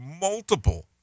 multiple